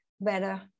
better